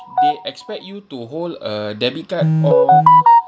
they expect you to hold a debit card or